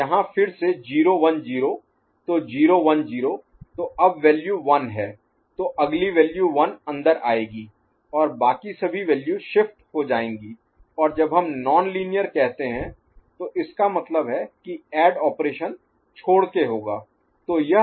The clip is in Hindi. यहां फिर से 0 1 0 तो 0 1 0 तो अब वैल्यू 1 है तो अगली वैल्यू 1 अंदर आएगी है और बाकि सभी वैल्यू शिफ्ट हो जाएँगी और जब हम नॉन लीनियर कहते हैं तो इसका मतलब है कि ऐड ऑपरेशन छोड़ के होगा